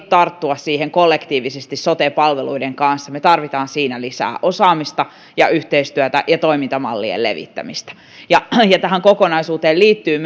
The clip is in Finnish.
tarttua siihen kollektiivisesti sote palveluiden kanssa me tarvitsemme lisää osaamista ja yhteistyötä ja toimintamallien levittämistä ja tähän kokonaisuuteen liittyy